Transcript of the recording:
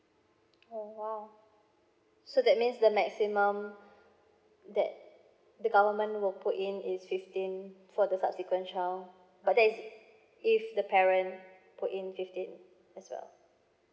oh !wow! so that means the maximum that the government will put in is fifteen for the subsequent child but that is if the parent put in fifteen as well